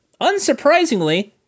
unsurprisingly